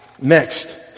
Next